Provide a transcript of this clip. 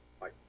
Bye